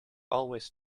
always